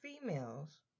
females